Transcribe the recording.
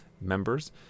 members